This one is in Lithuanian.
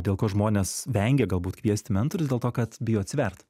dėl ko žmonės vengia galbūt kviesti mentorius dėl to kad bijo atsivert